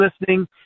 listening